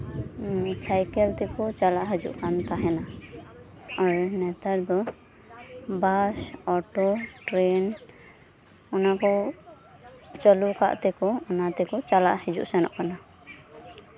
cycle ᱛᱮᱠᱚ ᱪᱟᱞᱟᱜ ᱦᱤᱡᱩᱜ ᱠᱟᱱ ᱛᱟᱦᱮᱸᱱᱟ ᱟᱨ ᱱᱮᱛᱟᱨ ᱫᱚ ᱵᱟᱥ ᱚᱴᱳ ᱴᱨᱮᱱ ᱚᱱᱟ ᱠᱚ ᱪᱟᱹᱞᱩᱣᱟᱠᱟᱫ ᱛᱮᱠᱚ ᱚᱱᱟᱛᱮᱠᱚ ᱪᱟᱞᱟᱜ ᱦᱟᱹᱡᱩᱜ ᱥᱮᱱᱚᱜ ᱠᱟᱱᱟ